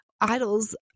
idols